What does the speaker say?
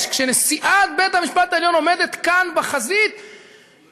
כשנשיאת בית-המשפט העליון עומדת כאן בחזית,